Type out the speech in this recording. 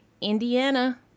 Indiana